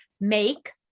make